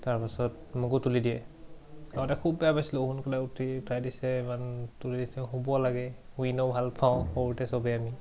তাৰপাছত মোকো তুলি দিয়ে আগতে খুব বেয়া পাইছিলোঁ সোনকালে উঠি উঠাই দিছে ইমান তুলি দিছে শুব লাগে শুই এনেও ভাল পাওঁ সৰুতে সবেই আমি